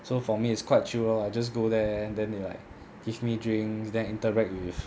so for me it's quite chill lor I just go there then they like give me drinks then interact with